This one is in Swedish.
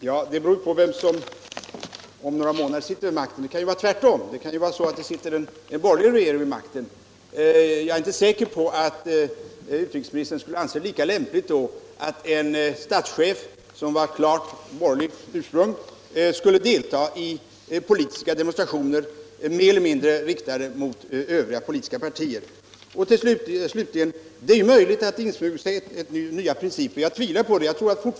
Herr talman! Det beror på vem som sitter vid makten om några månader. Det kan vara så att det då sitter en borgerlig regering, och jag är inte säker på att utrikesministern då skulle anse det lika lämpligt att en klart borgerlig utländsk statschef vid ett statsbesök här skulle delta i politiska demonstrationer mer eller mindre riktade mot övriga politiska partier. Slutligen: Det är möjligt att det insmugit sig en ny praxis, men jag tvivlar på det.